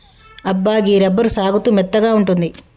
అబ్బా గీ రబ్బరు సాగుతూ మెత్తగా ఉంటుంది